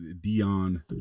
dion